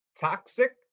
toxic